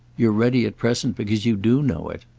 you're ready at present because you do know it.